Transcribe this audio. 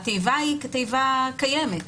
התיבה היא תיבה קיימת.